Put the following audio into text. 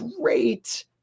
great